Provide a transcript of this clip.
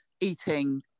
eating